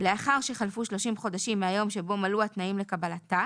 לאחר שחלפו 30 חודשים מהיום שבו מלאו התנאים לקבלתה,